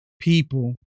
people